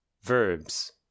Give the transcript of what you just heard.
Verbs